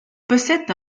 possède